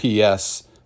PS